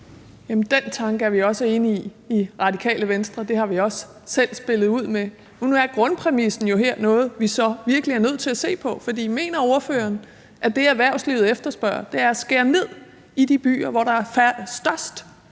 Den tanke er vi også enige i i Radikale Venstre, og det har vi også selv spillet ud med. Nu er grundpræmissen her jo noget, vi så virkelig er nødt til at se på, for mener ordføreren, at det, erhvervslivet efterspørger, er at skære ned i de byer, hvor der er størst